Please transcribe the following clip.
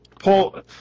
Paul